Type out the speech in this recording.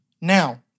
Now